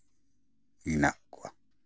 ᱦᱮᱱᱟᱜ ᱠᱚᱣᱟ